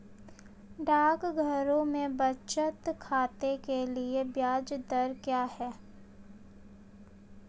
डाकघरों में बचत खाते के लिए ब्याज दर क्या है?